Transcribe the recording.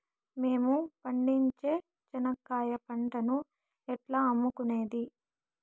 మేము పండించే చెనక్కాయ పంటను ఎట్లా అమ్ముకునేది?